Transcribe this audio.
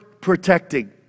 protecting